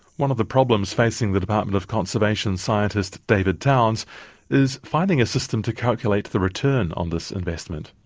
one of the problems facing the department of conservation scientist david towns is finding a system to calculate the return on this investment.